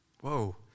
Whoa